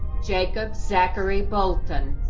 jacob zachary bolton.